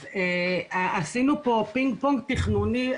אז עשינו פה פינג-פונג תכנוני,